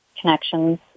connections